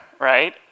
right